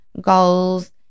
goals